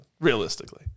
realistically